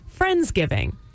Friendsgiving